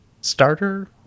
starter